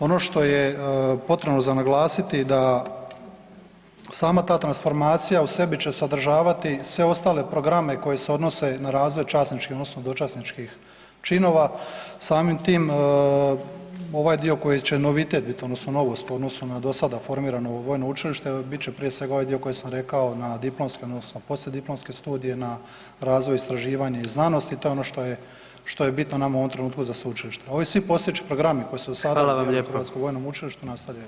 Ono što je potrebno za naglasiti, da sama ta transformacija, u sebi će sadržavati sve ostale programe koji se odnose na razvoj časničke, odnosno dočasničkih činova, samim tim ovaj dio koji će novitet bit odnosno novost u odnosu na do sada formirano Vojno učilište, bit će prije svega ovaj dio koji sam rekao na diplomskom odnosno poslijediplomske studije na razvoju istraživanja i znanosti, to je ono što je, što je bitno nama u ovom trenutku za sveučilište, a ovi svi postojeći programi koji su u [[Upadica: Hvala vam lijepa.]] koji su sada …/nerazumljivo/… na Hrvatskom vojnom učilištu nastavljaju.